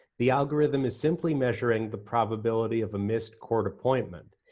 the algorithm is simply measuring the probability of a missed court appointment.